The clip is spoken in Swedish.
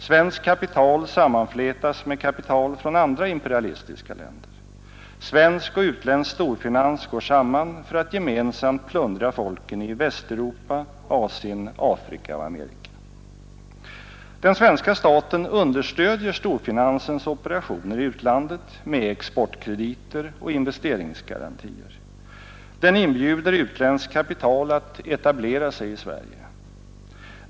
Svenskt kapital sammanflätas med kapital från andra imperialistiska länder. Svensk och utländsk storfinans går samman för att gemensamt plundra folken i Västeuropa, Asien, Afrika och Amerika. Den svenska staten understödjer storfinansens operationer i utlandet med exportkrediter och investeringsgarantier. Den inbjuder utländskt kapital att etablera sig i Sverige.